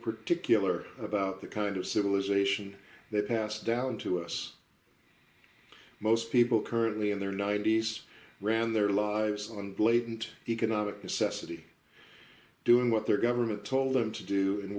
particular about the kind of civilization that passed down to us most people currently in their ninety's ran their lives on blatant economic necessity doing what their government told them to do in